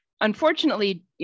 Unfortunately